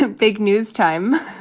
ah big news time